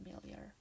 familiar